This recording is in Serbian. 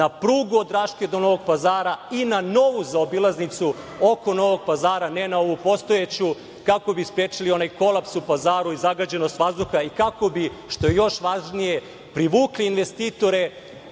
na prugu od Raške do Novog Pazara i na novu zaobilaznicu oko Novog Pazara, ne na ovu postojeću kako bi sprečili onaj kolaps u Pazaru i zagađenost vazduha i kako bi što je još važnije, privukli investitore,